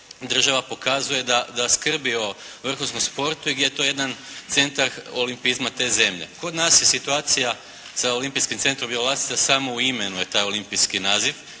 država pokazuje da skrbi o vrhunskom sportu i gdje je to jedan centar olimpijzma te zemlje. Kod nas je situacija sa Olimpijskim centrom Bjelolasica samo u imenu je taj olimpijski naziv,